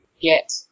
get